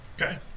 Okay